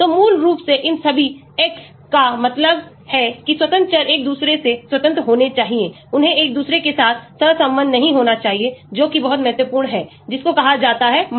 तो मूल रूप से इन सभी x's का मतलब है कि स्वतंत्र चर एक दूसरे से स्वतंत्र होने चाहिए उन्हें एक दूसरे के साथ सहसंबद्ध नहीं होना चाहिए जो कि बहुत महत्वपूर्ण है जिसको कहा जाता है multicollinearity